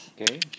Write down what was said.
Okay